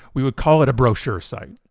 we would call it a brochure site.